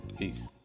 Peace